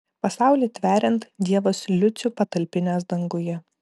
pasaulį tveriant dievas liucių patalpinęs danguje